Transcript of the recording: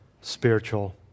spiritual